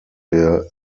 wir